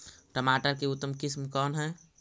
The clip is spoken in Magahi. टमाटर के उतम किस्म कौन है?